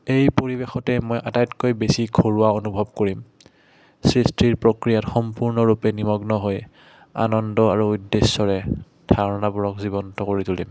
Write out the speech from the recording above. এই পৰিৱেশতে মই আটাইতকৈ বেছি ঘৰুৱা অনুভৱ কৰিম সৃষ্টিৰ প্ৰক্ৰিয়াত সম্পূৰ্ণৰূপে নিমগ্ন হৈ আনন্দ আৰু উদ্দেশ্যৰে ধাৰণাবোৰক জীৱন্ত কৰি তুলিম